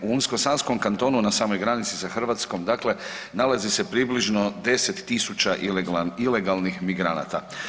U Unsko-sanskom kantonu na samoj granici sa Hrvatskom dakle nalazi se približno 10 tisuća ilegalnih migranata.